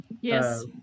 yes